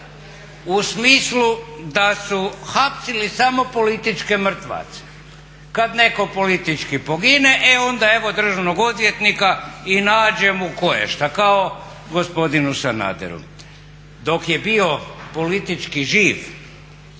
u smislu da su hapsili političke mrtvace. Kad netko politički pogine e onda evo državnog odvjetnika i nađe mu koješta kao gospodinu Sanaderu. Dok je bio politički živ